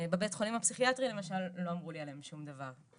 בבית החולים הפסיכיאטרי למשל לא אמרו לי עליהם שום דבר,